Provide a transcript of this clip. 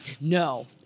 no